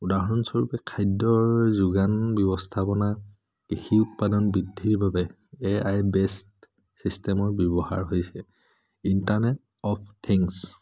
উদাহৰণস্বৰূপে খাদ্যৰ যোগান ব্যৱস্থাপনা কৃষি উৎপাদন বৃদ্ধিৰ বাবে এ আই বেষ্ট চিষ্টেমৰ ব্যৱহাৰ হৈছে ইণ্টাৰনেট অ'ফ থিংছ